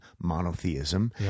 monotheism